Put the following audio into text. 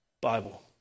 Bible